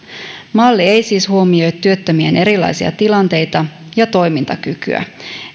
malli ei siis huomioi työttömien erilaisia tilanteita ja toimintakykyä